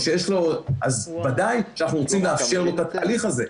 אז ודאי שאנחנו רוצים לאפשר לו את התהליך הזה.